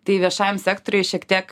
tai viešajam sektoriui šiek tiek